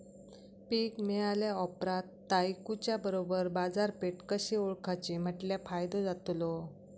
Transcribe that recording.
पीक मिळाल्या ऑप्रात ता इकुच्या बरोबर बाजारपेठ कशी ओळखाची म्हटल्या फायदो जातलो?